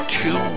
two